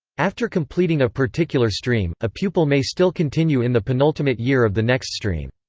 after completing a particular stream, a pupil may still continue in the penultimate year of the next stream.